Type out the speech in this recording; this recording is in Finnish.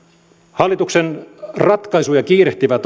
hallituksen ratkaisuja kiirehtivä